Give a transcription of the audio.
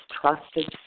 trusted